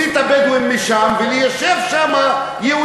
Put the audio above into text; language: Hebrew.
להוציא את הבדואים משם ולתת לעשירים,